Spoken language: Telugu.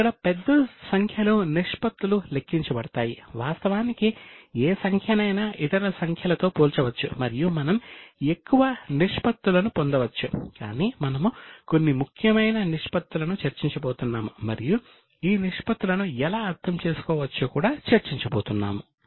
ఇక్కడ పెద్ద సంఖ్యలో నిష్పత్తులును ఎలా అర్థం చేసుకోవచ్చు కూడా చర్చించబోతున్నాము